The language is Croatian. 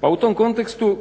Pa u tom kontekstu